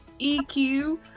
EQ